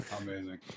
Amazing